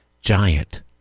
giant